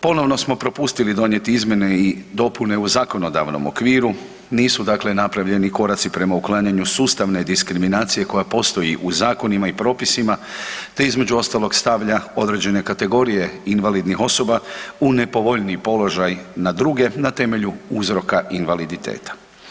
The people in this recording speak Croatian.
Ponovno smo propustili donijeti izmjene i dopune u zakonodavnom okviru, nisu dakle napravljeni koraci prema uklanjanju sustavne diskriminacije koja postoji u zakonima i propisima te između ostalog stavlja određene kategorije invalidnih osoba u nepovoljniji položaj na druge na temelju uzroka invaliditeta.